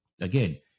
Again